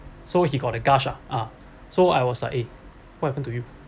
so he got a gush ah so I was like eh what happen to you